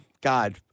God